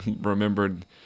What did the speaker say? remembered